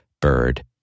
Bird